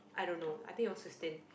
I don't know I think it was fifteen